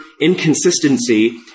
inconsistency